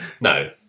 No